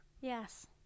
Yes